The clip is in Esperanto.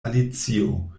alicio